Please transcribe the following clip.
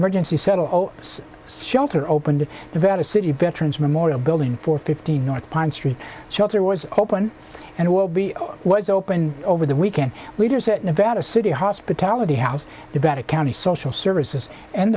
emergency settle shelter opened the very city veterans memorial building for fifteen north pine street shelter was open and will be was open over the weekend leaders at nevada city hospitality house the better county social services and